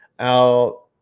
out